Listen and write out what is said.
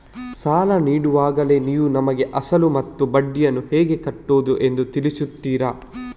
ಸಾಲ ನೀಡುವಾಗಲೇ ನೀವು ನಮಗೆ ಅಸಲು ಮತ್ತು ಬಡ್ಡಿಯನ್ನು ಹೇಗೆ ಕಟ್ಟುವುದು ಎಂದು ತಿಳಿಸುತ್ತೀರಾ?